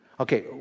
Okay